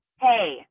Hey